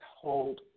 hold